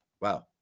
Wow